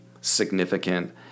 significant